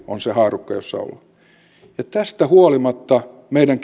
on se haarukka jossa ollaan tästä huolimatta meidän